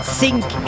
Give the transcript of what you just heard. sink